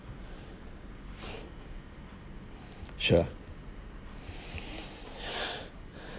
sure